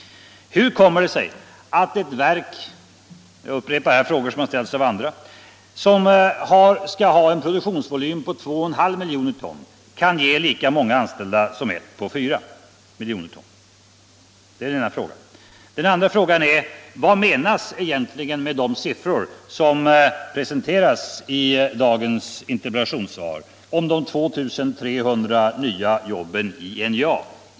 Hur kommer det sig att ett verk med en produktionsvolym på 2,5 miljoner ton kan ge jobb åt lika många anställda som ett på 4 miljoner ton? Det är den ena frågan. Den andra är: Vad menas egentligen med de siffror som presenteras i dagens interpellationssvar om de 2 300 nya jobben i NJA.